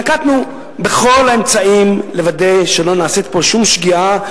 נקטנו את כל האמצעים כדי לוודא שלא נעשית פה שום שגיאה,